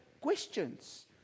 questions